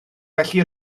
felly